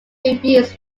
reviews